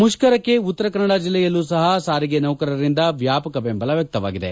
ಮುಪ್ತರಕ್ಷಿ ಉತ್ತರ ಕನ್ನಡ ಜಿಲ್ಲೆಯಲ್ಲೂ ಸಹ ಸಾರಿಗೆ ನೌಕರರಿಂದ ವ್ಯಾಪಕ ದೆಂಬಲ ವ್ಯಕ್ತವಾಗಿದೆ